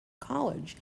college